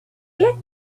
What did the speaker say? yet